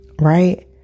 Right